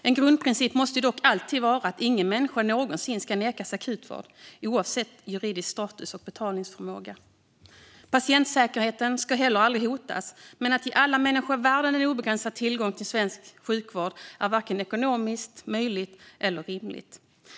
En grundprincip måste dock alltid vara att ingen människa någonsin ska nekas akutvård, oavsett juridisk status och betalningsförmåga. Patientsäkerheten ska heller aldrig hotas, men att ge alla människor i världen obegränsad tillgång till svensk sjukvård är varken ekonomiskt möjligt eller rimligt.